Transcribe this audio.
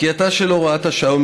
פקיעתה של הוראת השעה,